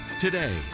Today